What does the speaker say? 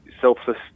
selfless